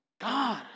God